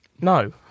No